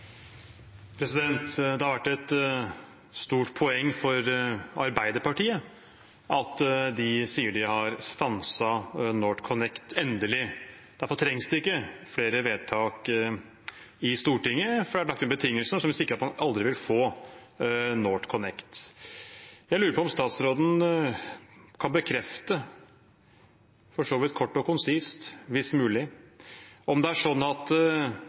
Norge. Det har vært et stort poeng for Arbeiderpartiet at de sier de har stanset NorthConnect endelig og det derfor ikke trengs flere vedtak i Stortinget, for det er lagt inn betingelser som vil sikre at man aldri vil få NorthConnect. Jeg lurer på om statsråden kan bekrefte – for så vidt kort og konsist, hvis mulig – om det er slik at